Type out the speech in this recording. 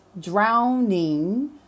drowning